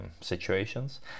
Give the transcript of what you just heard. situations